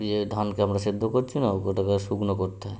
দিয়ে ধানকে আমরা সেদ্ধ করছি না ওটাকে শুকনো করতে হয়